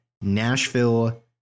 Nashville